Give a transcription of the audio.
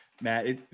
Matt